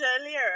earlier